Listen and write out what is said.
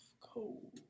cold